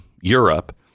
Europe